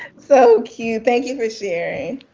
so cute. thank you for sharing.